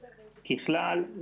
ככלל,